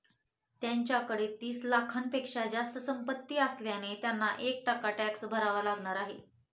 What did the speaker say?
त्यांच्याकडे तीस लाखांपेक्षा जास्त संपत्ती असल्याने त्यांना एक टक्का टॅक्स भरावा लागणार आहे